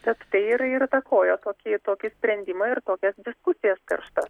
tad tai ir ir įtakojo tokį tokį sprendimą ir tokias diskusijas karštas